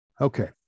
Okay